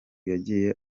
yagiye